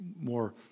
more